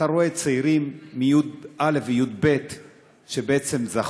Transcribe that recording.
שאתה רואה צעירים מי"א ומי"ב שזכו,